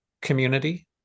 community